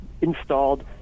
installed